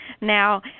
Now